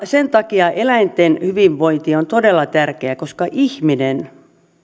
sen takia eläinten hyvinvointi on todella tärkeää että ihminen